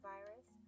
Virus